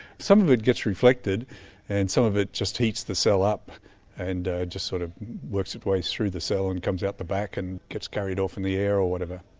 some of it gets reflected and some of it just heats the cell up and ah just sort of works its way through the cell and comes out the back and gets carried off in the air or whatever.